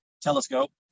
telescope